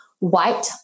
white